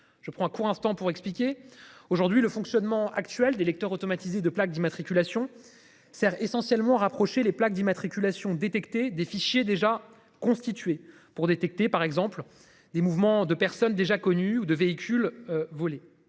Je prends un court instant pour expliquer aujourd'hui le fonctionnement actuel des Lecteurs automatisés de plaques d'immatriculation sert essentiellement rapprocher les plaques d'immatriculation détecté des fichiers déjà constitué pour détecter par exemple des mouvements de personnes déjà connus ou de véhicules. Volés